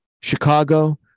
Chicago